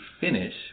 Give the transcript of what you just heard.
finish